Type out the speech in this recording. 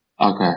Okay